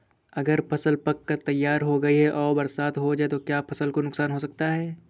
अगर फसल पक कर तैयार हो गई है और बरसात हो जाए तो क्या फसल को नुकसान हो सकता है?